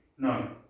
No